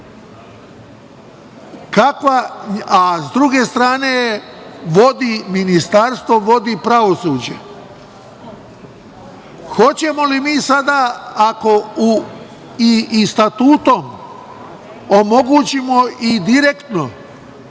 a s druge strane, vodi ministarstvo, vodi pravosuđe. Da li ćemo mi sada statutom da omogućimo i direktno